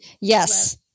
Yes